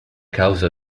causa